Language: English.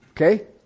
okay